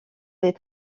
les